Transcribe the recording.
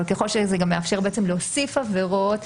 אבל ככל שזה גם מאפשר להוסיף עבירות,